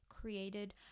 created